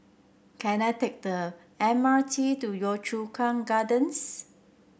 can I take the M R T to Yio Chu Kang Gardens